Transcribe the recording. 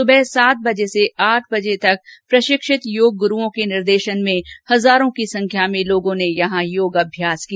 सुबह सात से आठ बजे तक प्रशिक्षित योग गुरूओं के निर्देशन में हजारों की संख्या में लोगों ने यहां योग अभ्यास किया